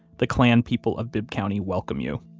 the klan people of bibb county welcome you.